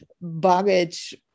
baggage